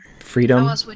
freedom